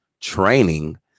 training